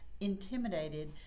intimidated